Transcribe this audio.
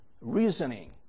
reasoning